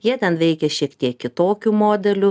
jie ten veikia šiek tiek kitokiu modeliu